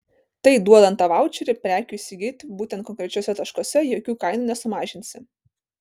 tai duodant tą vaučerį prekių įsigyti būtent konkrečiuose taškuose jokių kainų nesumažinsi